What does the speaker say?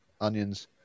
onions